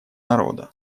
народа